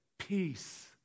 Peace